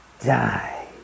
Die